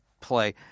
play